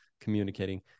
communicating